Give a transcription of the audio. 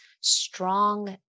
strong